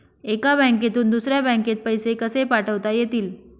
एका बँकेतून दुसऱ्या बँकेत पैसे कसे पाठवता येतील?